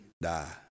die